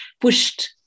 pushed